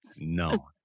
No